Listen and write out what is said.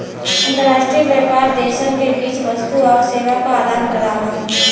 अंतर्राष्ट्रीय व्यापार देशन के बीच वस्तु आउर सेवा क आदान प्रदान हौ